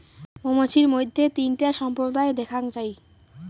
মৌমাছির মইধ্যে তিনটা সম্প্রদায় দ্যাখাঙ যাই